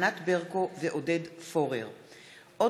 ענת ברקו ועודד פורר בנושא: תוכני הלימוד